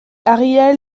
ariel